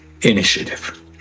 Initiative